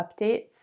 updates